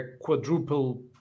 quadruple